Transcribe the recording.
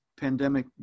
pandemic